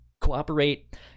cooperate